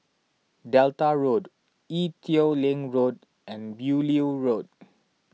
Delta Road Ee Teow Leng Road and Beaulieu Road